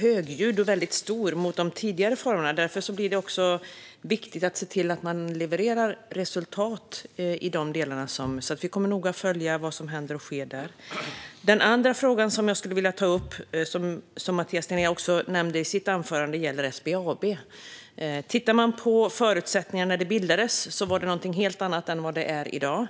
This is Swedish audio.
högljudd och stark mot de tidigare formerna, och därför blir det viktigt att se till att man levererar resultat. Vi kommer noga att följa vad som händer och sker. Den andra fråga jag skulle vilja ta upp nämnde Mathias Tegnér också i sitt anförande. Den gäller SBAB. Förutsättningarna när bolaget bildades var helt annorlunda än i dag.